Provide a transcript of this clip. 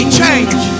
change